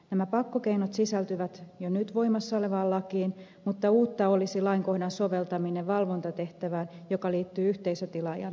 nämä pakkokeinot sisältyvät jo nyt voimassa olevaan lakiin mutta uutta olisi lainkohdan soveltaminen valvontatehtävään joka liittyy yhteisötilaajan tunnistamistietojen käsittelyyn